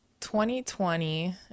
2020